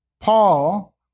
Paul